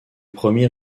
premier